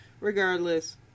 regardless